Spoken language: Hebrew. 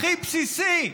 הכי בסיסי,